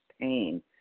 pain